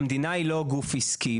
לא גוף עסקי".